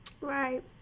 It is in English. Right